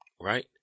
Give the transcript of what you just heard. Right